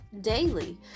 daily